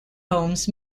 homes